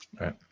right